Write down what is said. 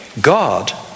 God